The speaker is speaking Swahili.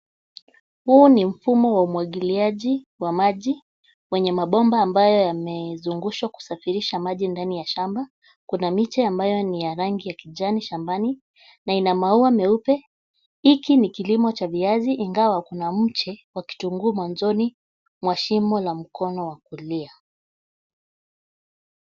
Huu ni mfumo wa umwagiliaji wa maji wenye mabomba ambayo yamezungushwa kusafirisha maji ndani ya shamba. Kuna miche ambayo ni ya rangi ya kijani shambani na ina maua meupe. Hiki ni kilimo cha viazi ingawa kuna mche wa kitunguu mwanzoni mwa shimo la mkono wa kulia.